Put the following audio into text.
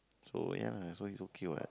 so ya lah so it's okay what